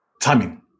Timing